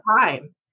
time